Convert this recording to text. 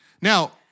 Now